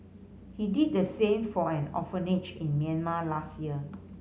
he did the same for an orphanage in Myanmar last year